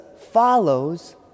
follows